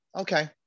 Okay